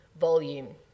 volume